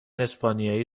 اسپانیایی